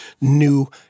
new